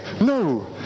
No